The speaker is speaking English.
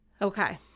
Okay